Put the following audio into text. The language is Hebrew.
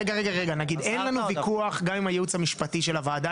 אין לנו ויכוח עם הייעוץ המשפטי של הוועדה,